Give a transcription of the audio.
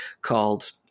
called